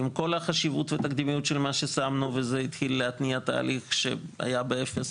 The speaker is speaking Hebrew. עם כל החשיבות והתקדימיות של מה ששמנו וזה התחיל להתניע תהליך שהיה באפס